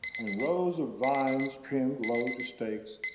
and rows of vines trimmed low to stakes,